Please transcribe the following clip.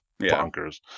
bonkers